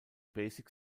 basic